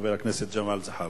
חבר הכנסת ג'מאל זחאלקה.